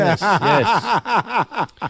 yes